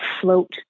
float